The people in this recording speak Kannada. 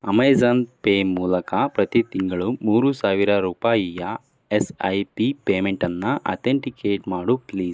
ಅಮೇಜಾನ್ ಪೇ ಮೂಲಕ ಪ್ರತಿ ತಿಂಗಳು ಮೂರು ಸಾವಿರ ರೂಪಾಯಿಯ ಎಸ್ ಐ ಪಿ ಪೇಮೆಂಟನ್ನು ಅಥೆಂಟಿಕೇಟ್ ಮಾಡು ಪ್ಲೀಸ್